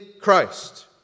Christ